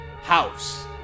House